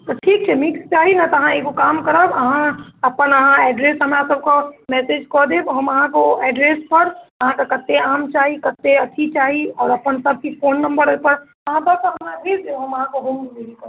तऽ ठीक छै मीठ चाही ने तऽ अहाँ एगो काम करब अहाँ अपन अहाँ एड्रेस हमरा सबके मैसेज कऽ देब हम अहाँके ओहि एड्रेसपर अहाँके कतेक आम चाही कतेक अथी चाही आओर अपन सबकिछु फोन नम्बर ओहिपर हमरा भेज देब हम अहाँके होम डिलीवरी करबा देब